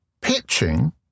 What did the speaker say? pitching